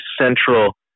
Central